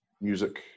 music